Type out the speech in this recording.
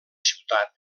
ciutat